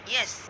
Yes।